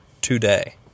today